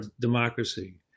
democracy